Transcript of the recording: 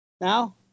now